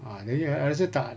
ah jadi I I rasa tak